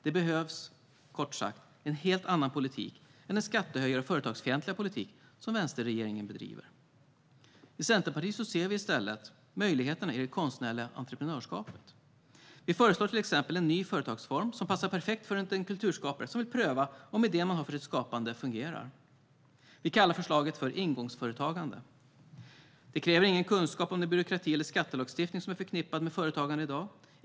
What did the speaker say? Det behövs kort sagt en helt annan politik än den skattehöjarpolitik och företagsfientliga politik som vänsterregeringen bedriver. I Centerpartiet ser vi i stället möjligheterna i det konstnärliga entreprenörskapet. Vi föreslår till exempel en ny företagsform som passar perfekt för den kulturskapare som vill pröva om idén man har för sitt skapande fungerar. Vi kallar förslaget för ingångsföretagande. Det kräver ingen kunskap om den byråkrati eller skattelagstiftning som är förknippad med företagande i dag.